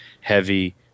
heavy